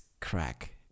crack